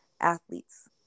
athletes